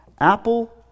Apple